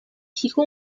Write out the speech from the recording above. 提供